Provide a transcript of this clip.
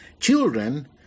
Children